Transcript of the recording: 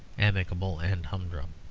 amicable, and humdrum.